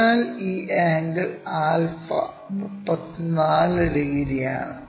അതിനാൽ ഈ angle alpha 34 ഡിഗ്രിയാണ്